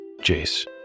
Jace